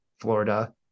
Florida